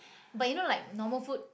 but you know like normal food